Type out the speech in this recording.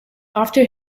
after